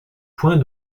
point